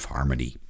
Harmony